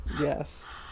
Yes